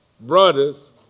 brothers